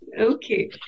Okay